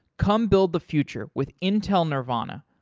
come build the future with intel nervana.